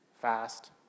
Fast